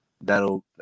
That'll